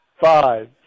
five